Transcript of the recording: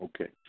Okay